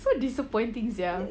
so disappointing sia